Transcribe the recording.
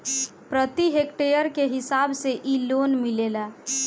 प्रति हेक्टेयर के हिसाब से इ लोन मिलेला